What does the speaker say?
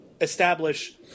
establish